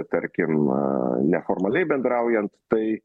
tarkim neformaliai bendraujant tai